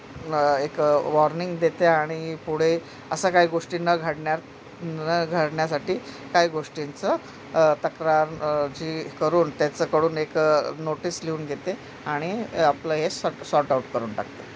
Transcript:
न एक वॉर्निंग देते आणि पुढे असं काही गोष्टी न घडण्या न घडण्यासाठी काही गोष्टींचं तक्रार जी करून त्याच्याकडून एक नोटीस लिहून घेते आणि आपलं हे सॉ सॉर्ट आउट करून टाकते